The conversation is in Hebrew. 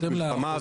מלחמה,